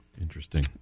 interesting